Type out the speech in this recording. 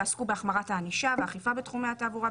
ועסקו בהחמרת הענישה והאכיפה בתחומי התעבורה,